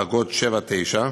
דרגות 7 9,